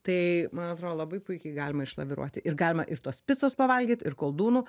tai man atrodo labai puikiai galima išlaviruoti ir galima ir tos picos pavalgyt ir koldūnų